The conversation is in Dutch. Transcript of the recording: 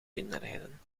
binnenrijden